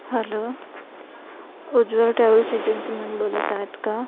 hello Ujwal travels एजन्सीमधून बोलत आहात का